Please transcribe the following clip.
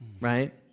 right